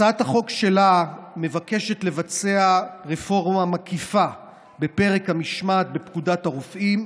הצעת החוק שלה מבקשת לבצע רפורמה מקיפה בפרק המשמעת בפקודת הרופאים: